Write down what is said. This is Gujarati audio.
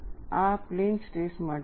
આ પ્લેન સ્ટ્રેસ માટે છે